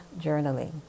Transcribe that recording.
journaling